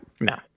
No